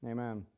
Amen